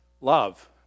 love